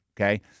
okay